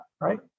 right